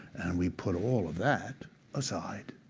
and we put all of that aside.